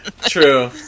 True